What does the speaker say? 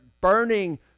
burning